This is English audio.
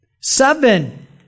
Seven